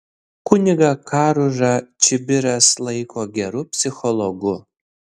kunigą karužą čibiras laiko geru psichologu